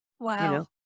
Wow